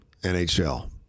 NHL